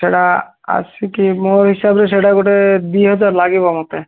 ସେଇଟା ଆସିକି ମୋ ହିସାବରେ ସେଇଟା ଗୋଟେ ଦୁଇ ହଜାର ଲାଗିବ ମୋତେ